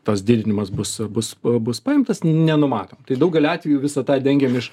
tas didinimas bus bus bus paimtas nenumatom tai daugeliu atvejų visą tą dengiam iš